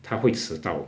他会迟到